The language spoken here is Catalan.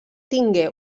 tingué